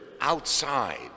outside